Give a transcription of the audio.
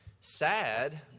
sad